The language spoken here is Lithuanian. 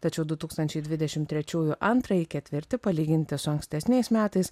tačiau du tūkstančiai dvidešim trečiųjų antrąjį ketvirtį palyginti su ankstesniais metais